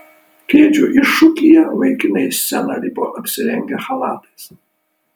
kėdžių iššūkyje vaikinai į sceną lipo apsirengę chalatais